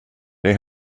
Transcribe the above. they